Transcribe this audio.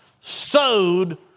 sowed